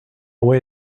way